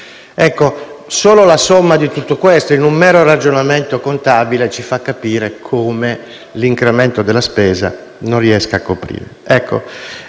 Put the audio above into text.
cifre. Solo la somma di tutto questo, in un mero ragionamento contabile, ci fa capire come l'incremento della spesa non si riesca a coprire.